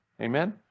Amen